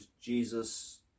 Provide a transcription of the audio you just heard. Jesus